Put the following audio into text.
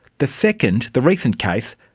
the second, the recent case,